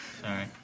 Sorry